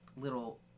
little